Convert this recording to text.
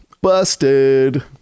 Busted